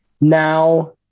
now